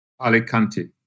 Alicante